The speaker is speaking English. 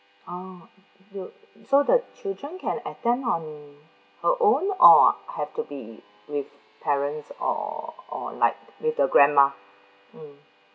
uh you so the children can attend on her own or have to be with parents or or like with the grandma mm